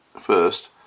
first